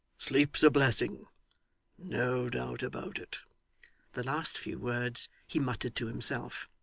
sleep's a blessing no doubt about it the last few words he muttered to himself.